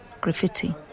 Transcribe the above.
graffiti